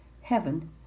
Heaven